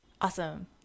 Awesome